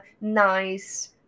nice